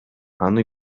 аны